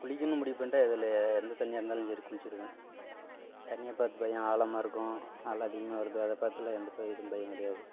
குளிக்கணும் முடிவு பண்ணிட்டா எதுல எந்த தண்ணியாக இருந்தாலும் சரி குள்ச்சிருவேன் தண்ணியை பார்த்து பயம் ஆழமா இருக்கும் அல அதிகமாக வருது அதை பார்த்துலாம் எந்த ப இதுவும் பயங் கிடையாது